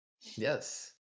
Yes